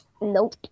Nope